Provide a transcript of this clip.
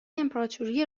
امپراتوری